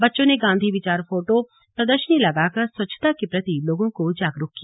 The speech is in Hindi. बच्चों ने गांधी विचार फोटो प्रदर्शनी लगाकर स्वच्छता के प्रति लोगों को जागरूक किया